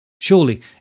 Surely